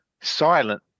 Silent